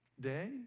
day